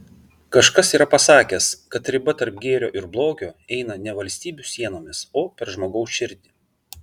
kažkas yra pasakęs kad riba tarp gėrio ir blogio eina ne valstybių sienomis o per žmogaus širdį